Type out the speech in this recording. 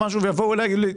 ויגיד לי: